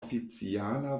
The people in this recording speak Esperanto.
oficiala